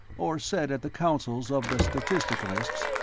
or said at the councils of the statisticalists,